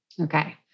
Okay